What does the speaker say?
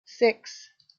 six